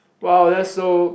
wow that's so